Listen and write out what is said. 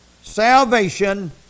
Salvation